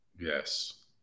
Yes